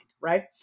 Right